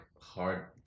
hard